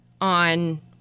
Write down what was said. on